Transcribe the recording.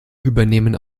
übernehmen